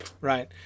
right